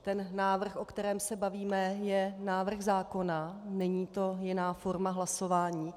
Ten návrh, o kterém se bavíme, je návrh zákona, není to jiná forma hlasování.